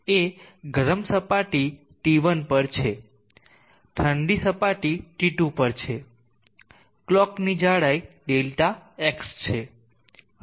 એ ગરમ સપાટી T1 પર છે ઠંડી સપાટી T 2 છે અને કલોકની જાડાઈ Δx છે